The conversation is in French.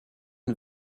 une